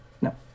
no